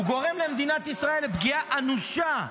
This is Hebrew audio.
הוא גורם למדינת ישראל לפגיעה אנושה,